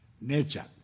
nature